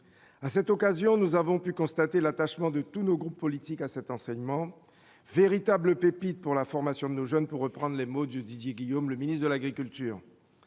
à cette occasion, nous avons pu constater l'attachement de tous nos groupes politiques à cet enseignement, véritable pépite pour la formation de nos jeunes, pour reprendre les mots du Didier Guillaume, le ministre de l'Agriculture